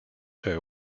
her